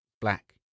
black